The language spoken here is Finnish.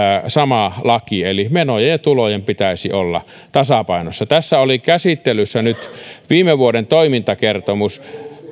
laki eli menojen ja tulojen pitäisi olla tasapainossa tässä oli käsittelyssä viime vuoden toimintakertomus